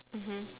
mmhmm